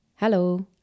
Hello